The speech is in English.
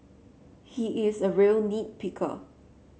he is a real nit picker